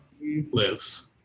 lives